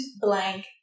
blank